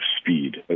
speed